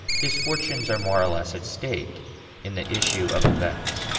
his fortunes are more or less at stake in the issue of events.